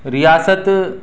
ریاست